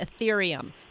Ethereum